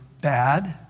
bad